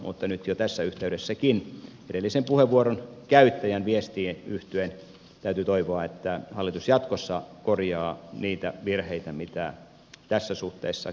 mutta nyt jo tässä yhteydessäkin edellisen puheenvuoron käyttäjän viestiin yhtyen täytyy toivoa että hallitus jatkossa korjaa niitä virheitä mitä tässä suhteessa kehyspäätökseen sisältyy